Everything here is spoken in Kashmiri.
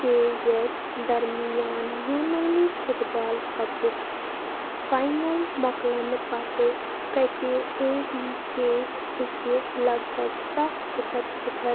کے یس درمِیان یوٗنٲنی فُٹ بال کَپُک فاینَل مۄکلٕنہٕ پتہٕ کٔتہِ اے ایی كے ہكہِ لگ بگ سَتھ صِفَر صِفَر